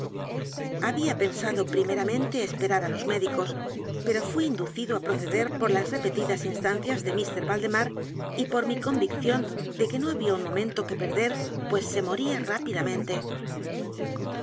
había pensado primeramente esperar á los médicos pero fui inducido á proceder por las repetidas instancias de mr valdemar y p o r mi convicción de que no había un momento que perder pues se moría